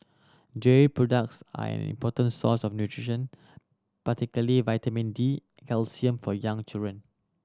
dairy products are an important source of nutrition particularly vitamin D calcium for young children